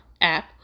app